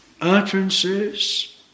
utterances